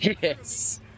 Yes